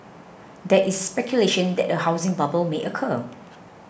there is speculation that a housing bubble may occur